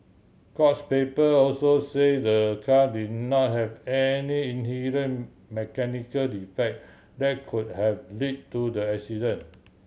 courts paper also say the car did not have any inherent mechanical defect that could have led to the accident